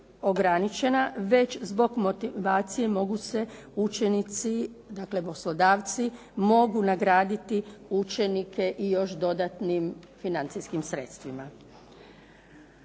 već zbog motivacije mogu se učenici, dakle poslodavci mogu nagraditi učenike i još dodatnim financijskim sredstvima.